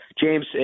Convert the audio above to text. James